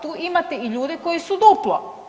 Tu imate i ljude koji su duplo.